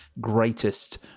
greatest